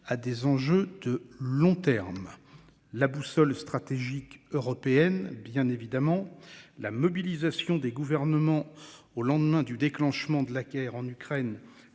à des enjeux de long terme la boussole stratégique européenne bien évidemment la mobilisation des gouvernements au lendemain du déclenchement de la guerre en Ukraine